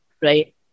right